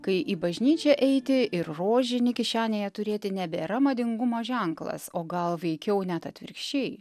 kai į bažnyčią eiti ir rožinį kišenėje turėti nebėra madingumo ženklas o gal veikiau net atvirkščiai